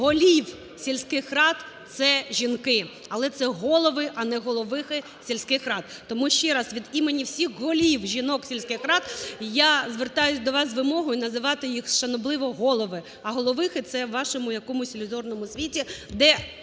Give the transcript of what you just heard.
голів сільських рад – це жінки. Але це голови, а не "головихи" сільських рад. Тому ще раз від імені всіх голів жінок сільських рад я звертаюся до вас з вимогою називати їх шанобливо: "голови". А "головихи" – це в вашому якомусь ілюзорному світі, де